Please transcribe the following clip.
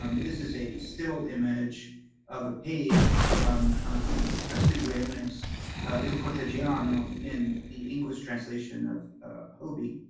um this is a still image of a page from castiglione's il cortegiano in the english translation of hoby.